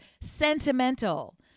sentimental